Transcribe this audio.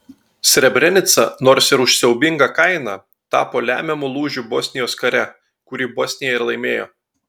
srebrenica nors ir už siaubingą kainą tapo lemiamu lūžiu bosnijos kare kurį bosnija ir laimėjo